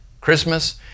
Christmas